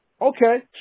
Okay